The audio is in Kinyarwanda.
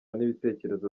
n’ibitekerezo